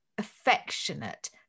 affectionate